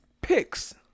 Picks